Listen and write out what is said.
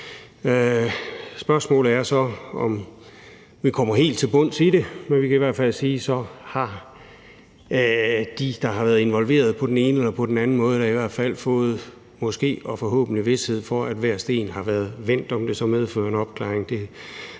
Spørgsmålet er så, om vi kommer helt til bunds i det, men vi kan i hvert fald sige, at så har de, der har været involveret på den ene eller den anden måde forhåbentlig fået vished for, at hver sten har været vendt. Om det så medfører en opklaring,